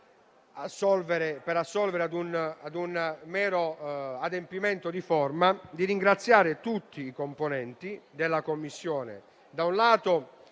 per assolvere a un mero adempimento di forma - di ringraziare tutti i componenti della Commissione.